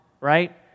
right